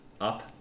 Up